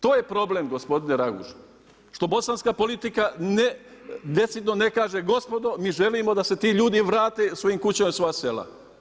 To je problem gospodine Raguž što bosanska politika decidno ne kaže, gospodo mi želimo da se ti ljudi vrate svojim kućama u svoja sela.